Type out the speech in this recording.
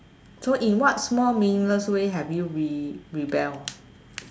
so in what small meaningless way have you re~ rebelled